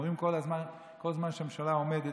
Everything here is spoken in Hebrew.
הם אומרים: כל זמן שהממשלה עומדת,